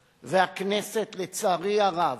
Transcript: בכנסת, והכנסת, לצערי הרב,